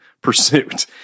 pursuit